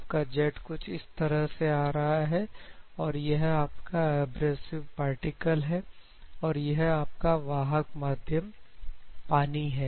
आपका जेट कुछ इस तरह से आ रहा है और यह आपका एब्रेजिव पार्टिकल है और यह आपका वाहक माध्यम पानी है